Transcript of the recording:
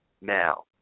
now